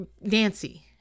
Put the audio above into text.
Nancy